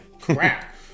Crap